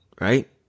right